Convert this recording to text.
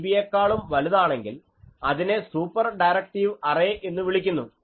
5dB യേക്കാളും വലുതാണെങ്കിൽ അതിനെ സൂപ്പർ ഡയറക്ടീവ് അറേ എന്നു വിളിക്കുന്നു